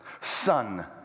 son